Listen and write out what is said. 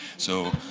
so